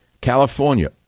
California